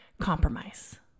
compromise